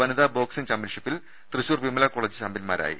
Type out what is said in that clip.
വനിതാ ബോക്സിങ് ചാംപ്യൻഷി പ്പിൽ തൃശൂർ വിമല കോളജ് ചാംപ്യൻമാരായി